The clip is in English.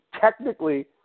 technically